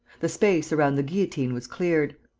the space around the guillotine was cleared.